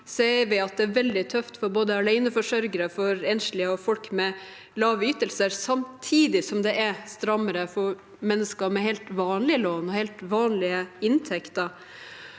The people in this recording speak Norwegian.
ser at det er veldig tøft for både aleneforsørgere, enslige og folk med lave ytelser, samtidig som det er strammere for mennesker med helt vanlige lån og helt vanlige inntekter.